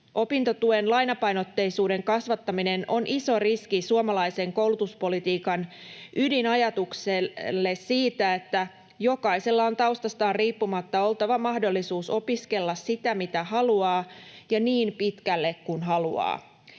Opintotuen lainapainotteisuuden kasvattaminen on iso riski suomalaisen koulutuspolitiikan ydinajatukselle siitä, että jokaisella on taustastaan riippumatta oltava mahdollisuus opiskella sitä, mitä haluaa ja niin pitkälle kuin haluaa.